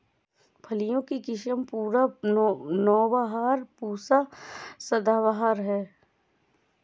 फलियों की किस्म पूसा नौबहार, पूसा सदाबहार है